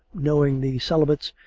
knowing these celibates,